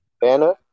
banner